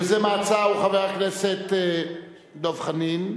יוזם ההצעה הוא חבר הכנסת דב חנין.